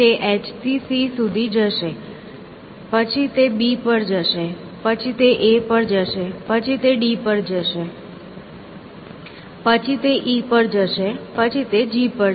તે H થી C સુધી જશે પછી તે B પર જશે પછી તે A પર જશે પછી તે D પર જશે પછી તે E પર જશે પછી તે G પર જશે